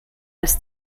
als